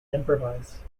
improvise